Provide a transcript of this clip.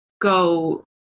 go